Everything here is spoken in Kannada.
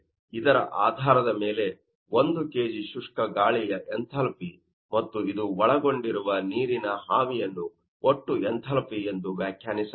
ಇದರ ಆಧಾರದ ಮೇಲೆ1kg ಶುಷ್ಕ ಗಾಳಿಯ ಎಂಥಾಲ್ಪಿ ಮತ್ತು ಇದು ಒಳಗೊಂಡಿರುವ ನೀರಿನ ಆವಿಯನ್ನು ಒಟ್ಟು ಎಂಥಾಲ್ಪಿ ಎಂದು ವ್ಯಾಖ್ಯಾನಿಸಲಾಗಿದೆ